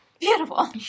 Beautiful